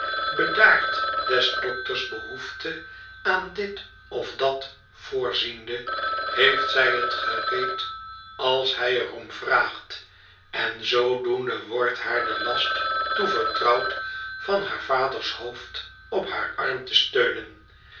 bedaard des dokters behoefte aan dit of dat voorziende heeft zij het gereed als hij er om vraagt en zoodoende wordt haar den last toevertrouwd van haar vaders hoofd op haar arm te steunen